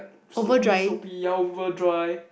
soapy soapy dry